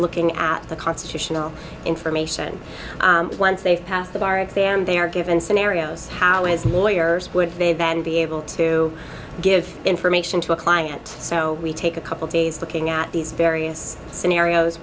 looking at the constitutional information once they've passed the bar exam they are given scenarios how as lawyers would they then be able to give information to a client so we take a couple days looking at these various scenarios